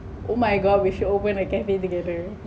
oh my god we should open the cafe together